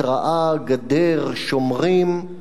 התרעה, גדר, שומרים.